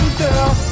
girl